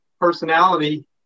personality